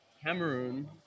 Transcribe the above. Cameroon